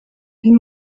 این